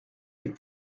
les